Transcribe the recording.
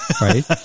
right